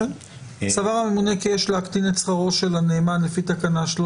"סבר הממונה כי יש להקטין את שכרו של הנאמן לפי תקנה 13"